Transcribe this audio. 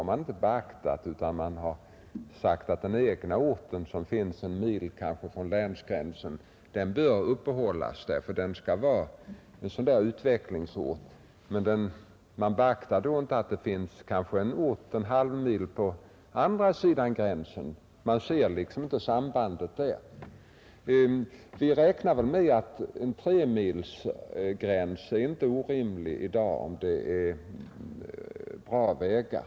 Man har sagt att den egna orten som ligger kanske en mil från länsgränsen bör uppehållas därför att den är en utvecklingsort, men man beaktar då inte att det finns en ort på andra sidan kanske bara en halvmil från gränsen. Man ser liksom inte sambandet där. Vi räknar med att ett avstånd på tre mil inte är orimligt i dag, om det finns bra vägar.